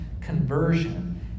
conversion